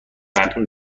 مردم